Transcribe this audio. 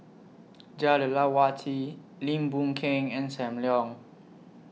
Jah Lelawati Lim Boon Keng and SAM Leong